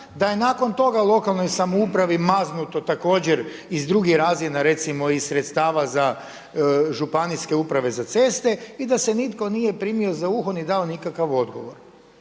da je nakon toga lokalnoj samoupravi maznuto također iz drugih razina, recimo iz sredstava za županijske uprave za ceste i da se nitko nije primio za uho ni dao nikakav odgovor.